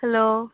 hello